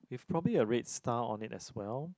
probably a red star on it as well